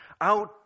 out